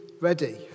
ready